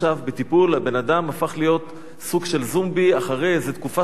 הבן-אדם הפך להיות סוג של זומבי אחרי איזה תקופה של חצי שנה.